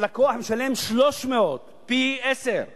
הלקוח משלם 300, פי-עשרה.